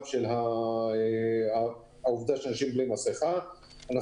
הסרת המסכה לצורך אכילה.